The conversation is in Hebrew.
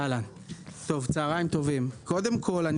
קודם כל,